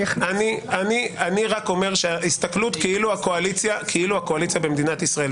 אני רק אומר שההסתכלות כאילו הקואליציה במדינת ישראל,